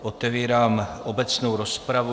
Otevírám obecnou rozpravu.